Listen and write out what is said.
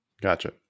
Gotcha